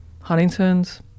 Huntington's